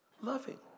loving